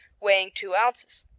weighing two ounces.